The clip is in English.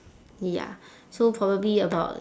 ya so probably about